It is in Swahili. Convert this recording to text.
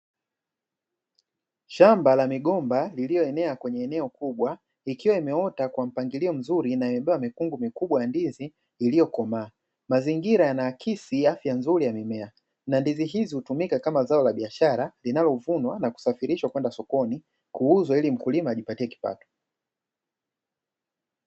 Shamba la migomba lililoenea kwenye eneo kubwa. Ikiwa imeota kwa mpangilio mzuri na imebeba mikungu mikubwa ya ndizi iliyokomaa. Mazingira yanahakisi afya nzuri ya mimea. Ndizi hizi hutumika kama zao la biashara linalovunwa na kusafirishwa kwenda sokoni, kuuzwa ili mkulima ajipatie kipato.